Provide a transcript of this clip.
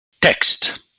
text